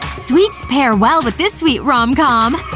sweets pair well with this sweet rom-com!